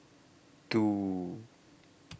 two